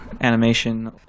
animation